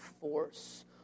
force